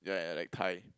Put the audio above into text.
yeah yeah like Thai